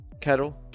kettle